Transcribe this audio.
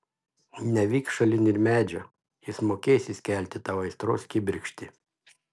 nevyk šalin ir medžio jis mokės įskelti tau aistros kibirkštį